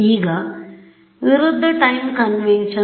ಈಗ ವಿರುದ್ಧ time convention